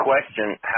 question